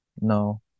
no